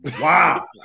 Wow